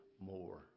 more